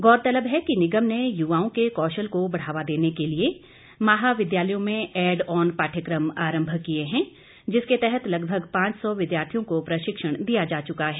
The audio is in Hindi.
गौरतलब है कि निगम ने युवाओं के कौशल को बढ़ावा देने के लिए महाविद्यालयों में ऐड ऑन पाठ्यक्रम आरंभ किए हैं जिसके तहत लगभग पांच सौ विद्यार्थियों को प्रशिक्षण दिया जा चुका है